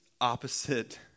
opposite